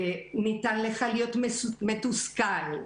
מותר לך להיות מתוסכל.